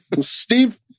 Steve